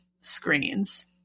screens